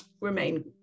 remain